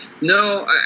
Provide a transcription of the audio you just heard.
No